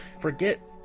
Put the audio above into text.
forget